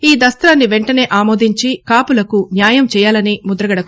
ఈ ద్వస్తాన్ని వెంటనే ఆమోదించి కాపులకు న్యాయం చేయాలని ముద్రగడ కోరారు